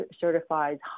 certifies